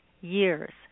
years